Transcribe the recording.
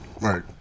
Right